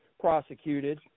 prosecuted